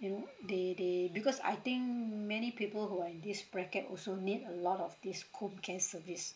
you know they they because I think many people who are in this bracket also need a lot of this home care service